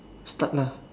start lah